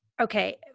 okay